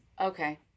Okay